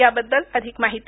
याबद्दल अधिक माहिती